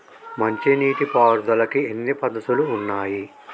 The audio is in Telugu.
మంచి నీటి పారుదలకి ఎన్ని పద్దతులు ఉన్నాయి?